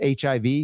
HIV